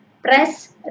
Press